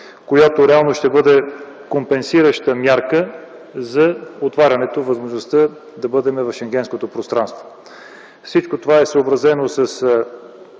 която реално ще бъде компенсираща мярка за отваряне възможността да бъдем в Шенгенското пространство. Всичко това е съобразено с